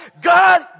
God